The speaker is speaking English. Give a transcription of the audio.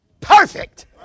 perfect